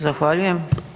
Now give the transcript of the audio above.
Zahvaljujem.